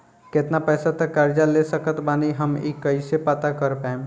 केतना पैसा तक कर्जा ले सकत बानी हम ई कइसे पता कर पाएम?